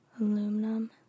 aluminum